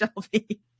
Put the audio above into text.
Shelby